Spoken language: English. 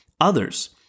others